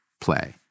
play